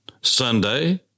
Sunday